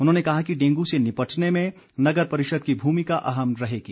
उन्होंने कहा कि डेंगू से निपटने में नगर परिषद की भूमिका अहम रहेगी